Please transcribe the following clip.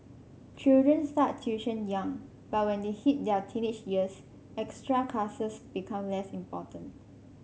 children start tuition young but when they hit their teenage years extra classes become less important